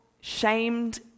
shamed